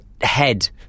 head